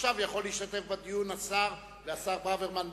עכשיו יכול להשתתף בדיון השר ברוורמן.